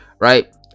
right